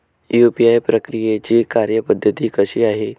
UPI प्रक्रियेची कार्यपद्धती कशी आहे?